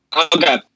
Okay